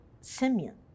Simeon